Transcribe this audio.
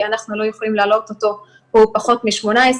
אנחנו לא יכולים להעלות אותו כי הוא פחות מ-18,